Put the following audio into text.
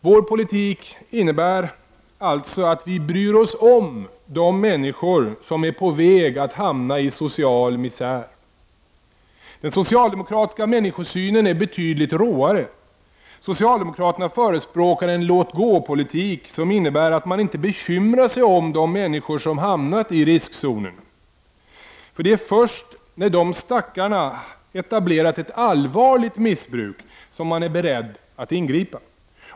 Vår politik innebär alltså att vi bryr oss om de människor som är på väg att hamna i social misär. Den socialdemokratiska människosynen är betydligt råare. Socialdemokraterna förespråkar en låt-gå-politik. Man bekymrar sig inte om människor i riskzonen. Det är först när de här stackars människorna har etablerat ett allvarligt missbruk som man är beredd att ingripa.